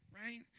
Right